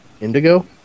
Indigo